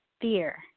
fear